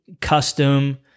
custom